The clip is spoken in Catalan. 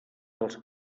dels